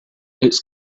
its